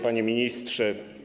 Panie Ministrze!